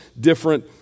different